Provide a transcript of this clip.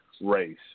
Race